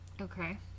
Okay